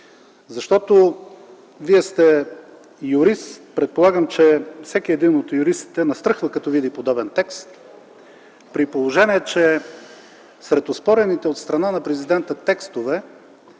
същество. Вие сте юрист. Предполагам, че всеки един от юристите настръхва като види подобен текст. Сред оспорените от страна на президента текстове